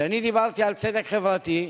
כשאני דיברתי על צדק חברתי,